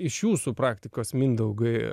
iš jūsų praktikos mindaugai